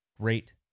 great